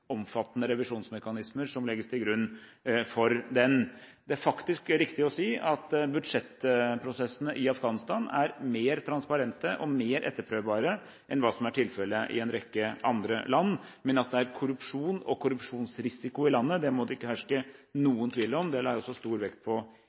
omfattende revisjonsmekanismer som legges til grunn for den. Det er faktisk riktig å si at budsjettprosessene i Afghanistan er mer transparente og mer etterprøvbare enn det som er tilfellet i en rekke andre land, men at det er korrupsjon og korrupsjonsrisiko i landet, må det ikke herske